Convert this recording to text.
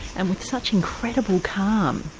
and with such incredible calm.